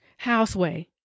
Houseway